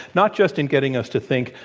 not just in getting us to think,